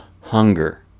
hunger